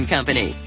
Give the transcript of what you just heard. Company